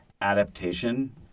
adaptation